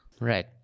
Right